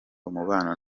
umubano